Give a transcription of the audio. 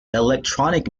electronic